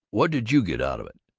what did you get out of it?